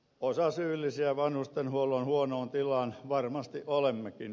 osasyyllisiä vanhustenhuollon huonoon tilaan varmasti olemmekin